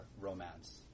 romance